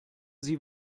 sie